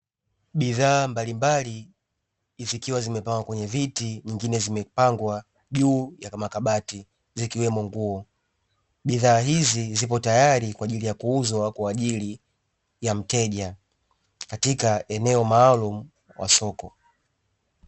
Bidhaa mbalimbali zikiwa zimepangwa kwenye viti nyingine zimepangwa juu ya makabati zikiwemo nguo, bidhaa hizi zipo tayari kwa ajili ya kuuzwa kwa ajili ya mteja, katika eneo maalumu wa soko.